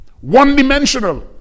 one-dimensional